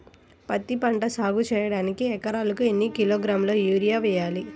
పత్తిపంట సాగు చేయడానికి ఎకరాలకు ఎన్ని కిలోగ్రాముల యూరియా వేయాలి?